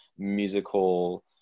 Musical